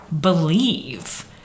believe